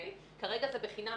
כרגע זה בחינם.